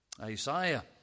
Isaiah